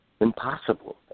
impossible